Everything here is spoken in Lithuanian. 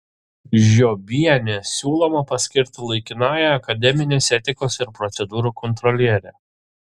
žiobienę siūloma paskirti laikinąja akademinės etikos ir procedūrų kontroliere